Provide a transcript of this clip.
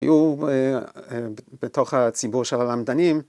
‫היו בתוך הציבור של הלמדנים.